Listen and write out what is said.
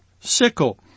sickle